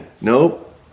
Nope